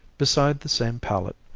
beside the same pallet,